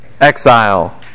Exile